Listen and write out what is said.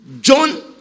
John